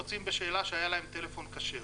בשאלה שהיה להם טלפון כשר,